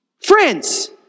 Friends